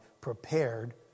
prepared